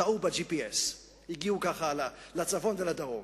תעו ב-GPS והגיעו לצפון ולדרום,